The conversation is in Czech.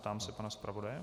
Ptám se pana zpravodaje.